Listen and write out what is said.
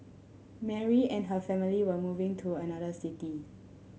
Mary and her family were moving to another city